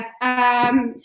yes